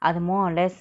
அது:athu more less